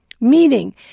Meaning